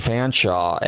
Fanshaw